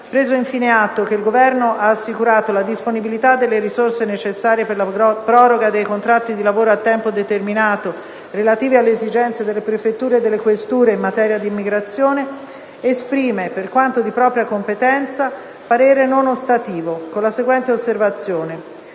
preso infine atto che il Governo ha assicurato la disponibilità delle risorse necessarie per la proroga dei contratti di lavoro a tempo determinato relativi alle esigenze delle Prefetture e delle Questure in materia di immigrazione esprime, per quanto di propria competenza, parere non ostativo, con la seguente osservazione: